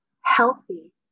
healthy